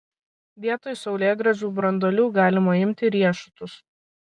vietoj saulėgrąžų branduolių galima imti riešutus